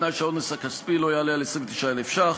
בתנאי שהעונש הכספי לא יעלה על 29,000 ש"ח,